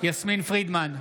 יסמין פרידמן,